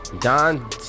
Don